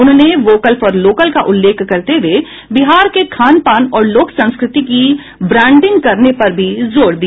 उन्होंने vocal for local का उल्लेख करते हुए बिहार के खान पान और लोक संस्कृति की ब्रांडिंग करने पर भी जोर दिया